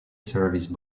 service